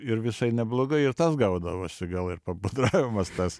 ir visai neblogai ir tas gaudavosi gal ir papudravimas tas